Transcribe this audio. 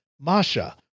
Masha